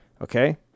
okay